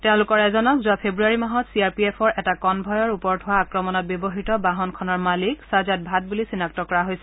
তেওঁলোকৰ এজনক যোৱা ফেব্ৰুৱাৰী মাহত চি আৰ পি এফৰ এটা কনভয়ৰ ওপৰত হোৱা আক্ৰমণত ব্যৱহাত বাহনখনৰ মালিক সাজাদ ভাট্ বুলি চিনাক্ত কৰা হৈছে